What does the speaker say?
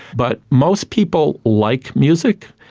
but most people like music.